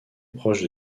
proche